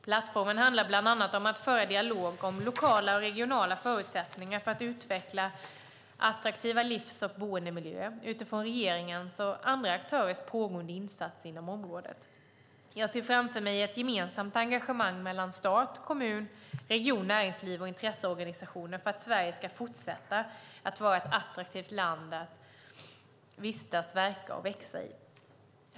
Plattformen handlar bland annat om att föra dialog om lokala och regionala förutsättningar för att utveckla attraktiva livs och boendemiljöer utifrån regeringens och andra aktörers pågående insatser inom området. Jag ser framför mig ett gemensamt engagemang mellan stat, kommun, region, näringsliv och intresseorganisationer för att Sverige ska fortsätta att vara ett attraktivt land att vistas, verka och växa i.